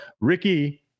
Ricky